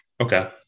Okay